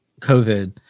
COVID